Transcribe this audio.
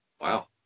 wow